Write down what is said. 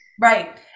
right